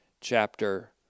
chapter